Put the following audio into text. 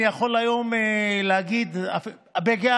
אני יכול היום להגיד בגאווה,